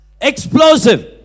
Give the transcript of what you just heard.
Explosive